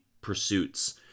pursuits